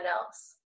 else